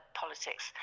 politics